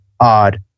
odd